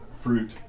fruit